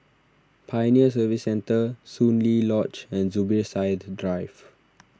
Pioneer Service Centre Soon Lee Lodge and Zubir Said Drive